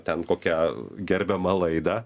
ten kokią gerbiamą laidą